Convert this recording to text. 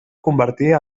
convertir